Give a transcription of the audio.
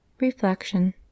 Reflection